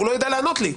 הוא לא יידע לענות לי.